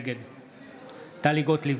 נגד טלי גוטליב,